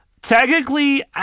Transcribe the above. technically